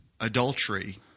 adultery